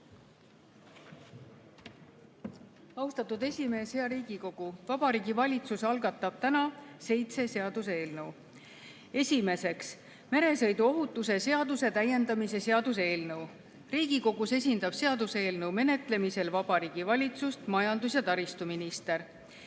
Austatud esimees! Hea Riigikogu! Vabariigi Valitsus algatab täna seitse seaduseelnõu. Esimeseks, meresõiduohutuse seaduse täiendamise seaduse eelnõu. Riigikogus esindab seaduseelnõu menetlemisel Vabariigi Valitsust majandus- ja taristuminister.